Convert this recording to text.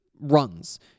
runs